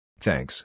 Thanks